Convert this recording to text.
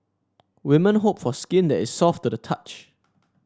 women hope for skin that is soft to the touch